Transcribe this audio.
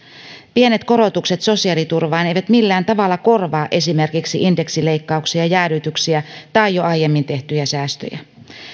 pienet korotukset sosiaaliturvaan eivät millään tavalla korvaa esimerkiksi indeksileikkauksia jäädytyksiä tai jo aiemmin tehtyjä säästöjä